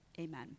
Amen